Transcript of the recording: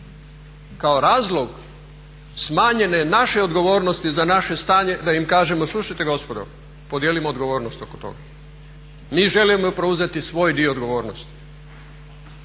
kao razlog smanjene naše odgovornosti za naše stanje, da im kažemo slušajte gospodo podijelimo odgovornost oko toga. Mi želimo preuzeti preuzeti svoj dio odgovornosti.